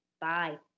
Bye